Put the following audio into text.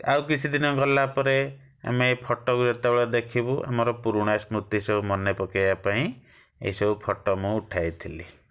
ଆଉ କିଛିଦିନ ଗଲା ପରେ ଆମେ ଏ ଫଟୋକୁ ଯେତେବେଳେ ଦେଖିବୁ ଆମର ପୁରୁଣା ସ୍ମୃତି ସବୁ ମନେପକେଇବା ପାଇଁ ଏଇସବୁ ଫଟୋ ମୁଁ ଉଠାଇଥିଲି